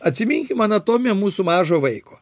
atsiminkim anatomiją mūsų mažo vaiko